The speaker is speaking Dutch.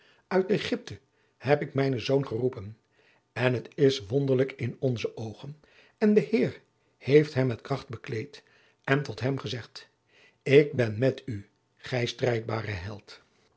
uit egypte heb ik mijnen zoon geroepen en het is wonderlijk in onze oogen en de heer heeft hem met kracht bekleed en tot hem gezegd ik ben met u gij strijdbare held